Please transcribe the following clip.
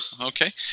Okay